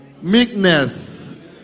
meekness